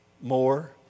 more